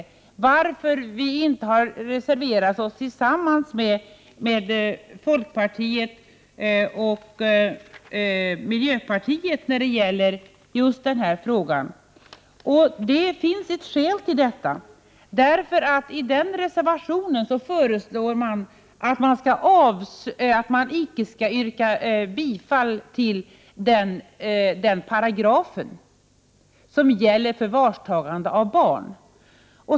Man kan fråga sig varför vi inte har reserverat oss tillsammans med folkpartiet och miljöpartiet i denna fråga. Det finns ett skäl till detta. I den andra reservationen föreslås att man icke skall yrka bifall till den paragraf som gäller förvarstagande av barn.